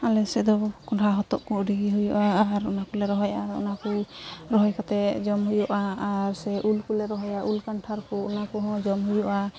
ᱟᱞᱮᱥᱮᱫ ᱫᱚ ᱠᱚᱸᱰᱦᱟ ᱦᱚᱛᱚᱫᱠᱚ ᱟᱹᱰᱤᱜᱮ ᱦᱩᱭᱩᱜᱼᱟ ᱟᱨ ᱚᱱᱟᱠᱚᱞᱮ ᱨᱚᱦᱚᱭᱟ ᱟᱨ ᱚᱱᱟᱠᱚ ᱨᱚᱦᱚᱭ ᱠᱟᱛᱮᱫ ᱡᱚᱢ ᱦᱩᱭᱩᱜᱼᱟ ᱟᱨ ᱥᱮ ᱩᱞᱠᱚᱞᱮ ᱨᱚᱦᱚᱭᱟ ᱩᱞ ᱠᱟᱱᱴᱷᱟᱲᱠᱚ ᱚᱱᱟ ᱠᱚᱦᱚᱸ ᱡᱚᱢ ᱦᱩᱭᱩᱜᱼᱟ